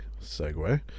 segue